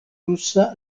rusa